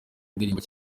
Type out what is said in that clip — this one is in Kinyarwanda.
indirimbo